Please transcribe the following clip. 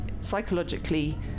psychologically